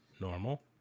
normal